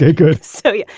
ah good so yeah,